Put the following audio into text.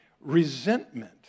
Resentment